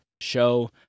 show